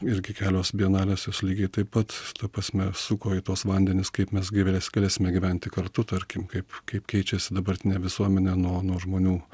irgi kelios bienalės jos lygiai taip pat ta prasme suko į tuos vandenis kaip mes gyvės galėsime gyventi kartu tarkim kaip kaip keičiasi dabartinė visuomenė nuo nuo žmonių